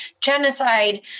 genocide